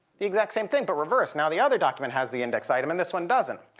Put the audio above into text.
the exact same thing but reversed. now the other document has the index item and this one doesn't.